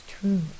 true